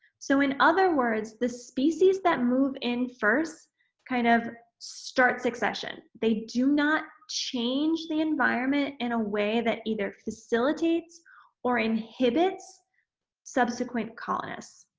so, in other words, the species that move in first kind of start succession. they do not change the environment in a way that either facilitates or inhibits subsequent colonists,